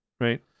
right